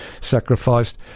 sacrificed